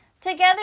Together